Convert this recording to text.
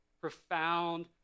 profound